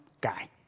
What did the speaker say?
guy